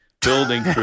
building